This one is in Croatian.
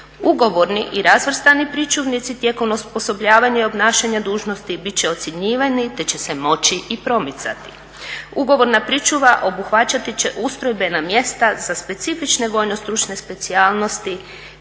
Ugovorni i razvrstani pričuvnici tijekom osposobljavanja i obnašanja dužnosti bit će ocjenjivati te će se moći i promicati. Ugovorna pričuva obuhvaćati će ustrojbena mjesta za specifične vojno-stručne specijalnosti,